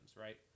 right